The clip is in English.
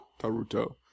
Taruto